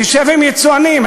תשב עם יצואנים,